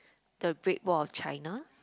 the Great Wall of China